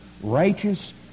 righteous